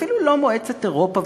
אפילו לא מועצת אירופה,